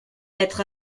être